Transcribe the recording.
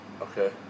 Okay